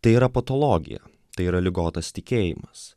tai yra patologija tai yra ligotas tikėjimas